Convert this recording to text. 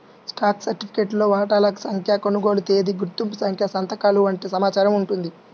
stock సర్టిఫికేట్లో వాటాల సంఖ్య, కొనుగోలు తేదీ, గుర్తింపు సంఖ్య సంతకాలు వంటి సమాచారం ఉంటుంది